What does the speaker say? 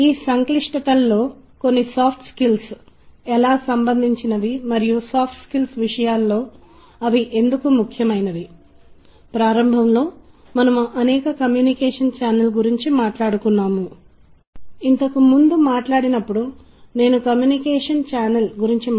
మనం భారతీయ సాంప్రదాయిక సందర్భాన్ని చూస్తున్నట్లయితే ఇది స్పష్టంగా మనకు సంబంధించినది మనం అహత నాద నుండి అనాహత నాద వరకు ప్రారంభిస్తాము అనాహత నాద అంటే సాటిలేని శబ్దం అన్ని శబ్దాలకు మూలం మరియు ఆ విశ్వ మూల ధ్వని సంగీతం వాక్కు సూత్రం మరియు బ్రహ్మాండం వ్యక్తపరచబడుతుంది